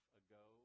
ago